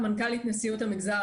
מעל מיליון צפיות.